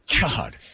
God